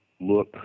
look